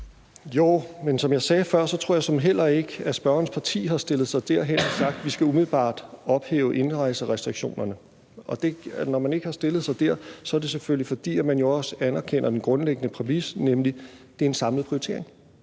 Som jeg sagde før, tror jeg såmænd heller ikke, at spørgerens parti har stillet sig der, hvor de har sagt, at vi umiddelbart skal ophæve indrejserestriktionerne. Når man ikke har stillet sig der, er det selvfølgelig, fordi man også anerkender den grundlæggende præmis, nemlig at det er en samlet prioritering.